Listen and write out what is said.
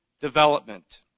development